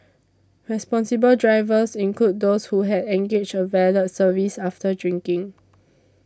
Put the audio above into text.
responsible drivers included those who had engaged a valet service after drinking